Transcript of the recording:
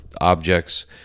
objects